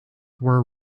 were